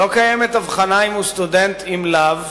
לא קיימת הבחנה אם הוא סטודנט אם לאו,